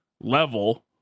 level